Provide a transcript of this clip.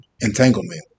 Entanglement